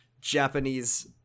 Japanese